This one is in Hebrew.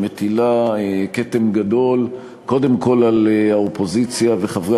שמטילה כתם גדול קודם כול על האופוזיציה וחברי